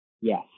yes